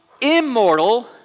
immortal